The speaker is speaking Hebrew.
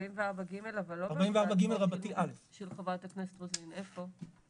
44ג אבל לא בהצעת החוק של חברת הכנסת רוזין, איפה?